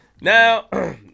Now